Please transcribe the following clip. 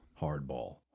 Hardball